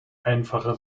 einfache